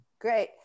Great